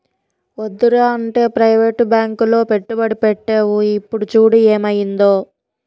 వద్దురా అంటే ప్రవేటు బాంకులో పెట్టుబడి పెట్టేవు ఇప్పుడు చూడు ఏమయిందో